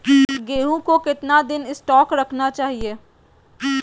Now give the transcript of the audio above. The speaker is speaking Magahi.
गेंहू को कितना दिन स्टोक रखना चाइए?